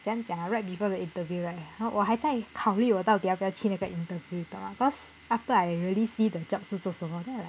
怎样讲啊 right before the interview right 我我还在考虑我到底要不要去那个 interview 你懂吗 cause after I really see the job 是做什么 then I'm like